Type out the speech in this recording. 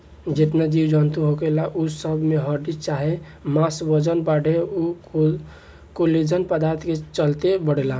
जेतना जीव जनतू होखेला उ सब में हड्डी चाहे मांस जवन बढ़ेला उ कोलेजन पदार्थ के चलते बढ़ेला